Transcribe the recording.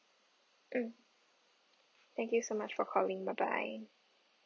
mm thank you so much for calling bye bye